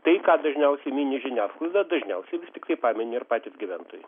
tai ką dažniausiai mini žiniasklaida dažniausiai vis tiktai pamini ir patys gyventojai